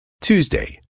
Tuesday